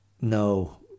no